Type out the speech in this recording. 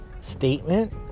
statement